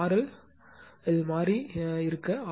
L இல் மாறி மாறி இருக்க ஆர்